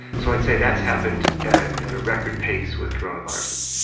so i'd say that's happened at ah at a record pace with coronaviruses.